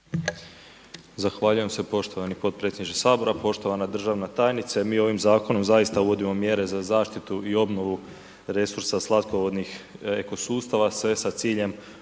Zahvaljujem se poštovani potpredsjedniče Sabora. Poštovana državna tajnice, mi ovim zakonom zaista uvodimo mjere za zaštitu i obnovu resursa slatkovodnih eko sustava, sve sa ciljem